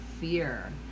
fear